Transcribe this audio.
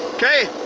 okay.